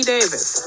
Davis